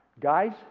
guys